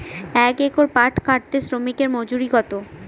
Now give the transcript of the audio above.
এক একর পাট কাটতে শ্রমিকের মজুরি কত?